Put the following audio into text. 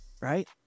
Right